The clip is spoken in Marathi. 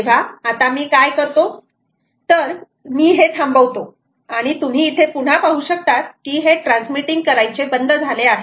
तेव्हा आता मी काय करतो तर मी हे थांबवतो आणि तुम्ही इथे पुन्हा पाहू शकतात की हे ट्रान्समीटिंग करायचे बंद झाले आहे